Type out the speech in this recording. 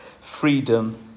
freedom